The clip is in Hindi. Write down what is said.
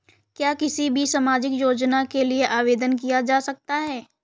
क्या किसी भी सामाजिक योजना के लिए आवेदन किया जा सकता है?